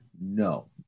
No